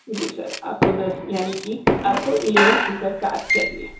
जी sir आपको दस यानी की आपको इलेवन सीटर कार चाहिए